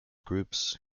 groups